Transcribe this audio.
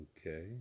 Okay